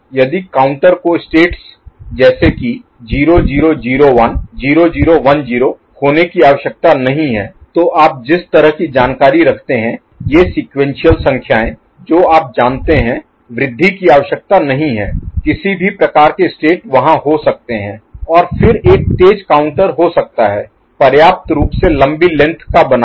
यदि काउंटर को स्टेट्स जैसे की 0 0 0 1 0 0 1 0 होने की आवश्यकता नहीं है तो आप जिस तरह की जानकारी रखते हैं ये सेक्वेंशिअल Sequential क्रमिक संख्याएं जो आप जानते हैं वृद्धि की आवश्यकता नहीं है किसी भी प्रकार के स्टेट वहां हो सकते हैं और फिर एक तेज़ काउंटर हो सकता है पर्याप्त रूप से लंबी लेंथ का बना हुआ